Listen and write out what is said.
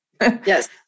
Yes